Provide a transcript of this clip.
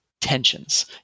tensions